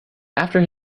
after